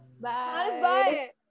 Bye